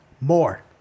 more